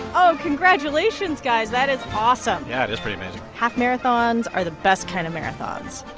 oh. congratulations, guys. that is awesome yeah, it is pretty amazing half-marathons are the best kind of marathons.